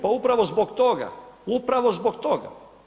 Pa upravo zbog toga, upravo zbog toga.